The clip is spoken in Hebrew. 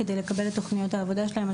כדי לקבל את תוכניות העבודה שלהם.